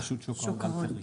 את השוק ההון גם צריך לשמוע.